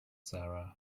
sarah